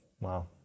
Wow